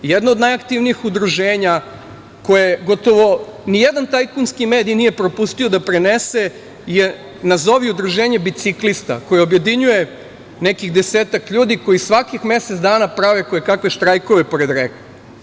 Jedno od najaktivnijih udruženja koje gotovo ni jedan tajkunski mediji nije propustio da prenese je nazovi udruženje biciklista, koje objedinjuje nekih desetak ljudi koji svakih mesec dana prave koje kakve štrajkove pored reka.